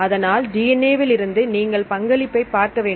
அதனால் DNA விலிருந்து நீங்கள்பங்களிப்பை பார்க்க வேண்டும்